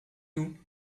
nous